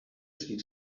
spielt